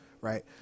right